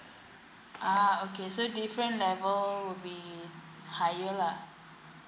uh okay so different level will be higher lah